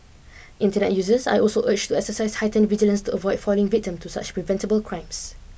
internet users are also urged to exercise heightened vigilance to avoid falling victim to such preventable crimes